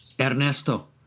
Ernesto